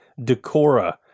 Decora